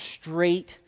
straight